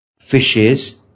fishes